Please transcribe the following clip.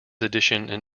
edition